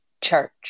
Church